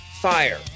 fire